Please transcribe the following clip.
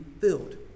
filled